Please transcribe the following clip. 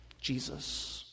Jesus